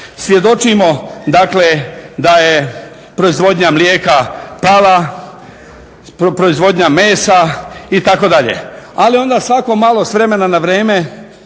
Svjedočimo dakle da je proizvodnja mlijeka pala, proizvodnja mesa itd., ali onda svako malo, s vremena na vrijeme